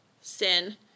sin